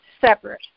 separate